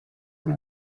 from